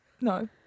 No